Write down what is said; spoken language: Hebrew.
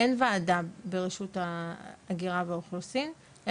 אין ועדה ברשות ההגירה והאוכלוסין.